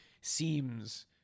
seems